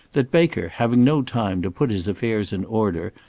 that baker, having no time to put his affairs in order,